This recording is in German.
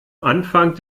anfang